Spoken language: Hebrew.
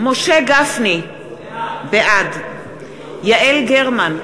משה גפני, בעד יעל גרמן,